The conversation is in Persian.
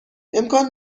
امکان